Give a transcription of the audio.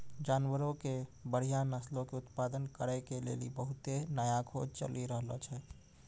जानवरो के बढ़िया नस्लो के उत्पादन करै के लेली बहुते नया खोज चलि रहलो छै